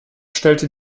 stellte